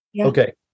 Okay